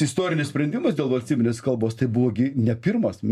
istorinis sprendimas dėl valstybinės kalbos tai buvo gi ne pirmas